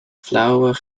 flauwe